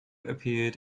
appeared